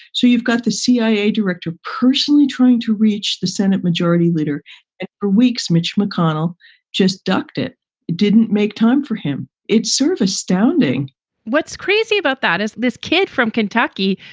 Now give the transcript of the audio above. so you've got the cia director personally trying to reach the senate majority leader for weeks. mitch mcconnell just ducked it. it didn't make time for him. it's sort of astounding what's crazy about that is this kid from kentucky,